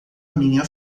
minha